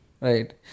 Right